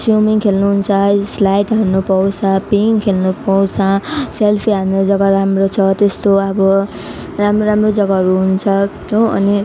swimming खेल्नुहुन्छ slide हान्नु पाउँछ पिङ खेल्नु पाउँछ सेल्फी हान्ने जग्गा राम्रो छ त्यस्तो अब राम्रो राम्रो जग्गाहरू हुन्छ हो अनि